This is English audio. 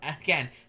again